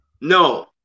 No